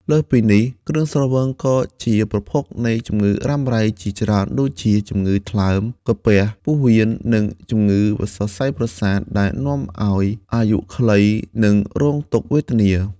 លើសពីនេះ គ្រឿងស្រវឹងក៏ជាប្រភពនៃជំងឺរ៉ាំរ៉ៃជាច្រើនដូចជា ជំងឺថ្លើម ក្រពះ ពោះវៀន និងជំងឺសរសៃប្រសាទ ដែលនាំឲ្យអាយុខ្លី និងរងទុក្ខវេទនា។